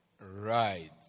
Right